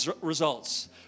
results